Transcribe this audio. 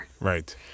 Right